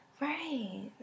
Right